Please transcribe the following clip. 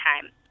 time